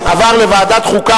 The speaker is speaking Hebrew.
לדיון מוקדם בוועדת החוקה,